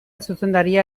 zuzendaria